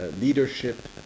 leadership